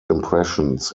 impressions